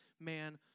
man